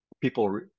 people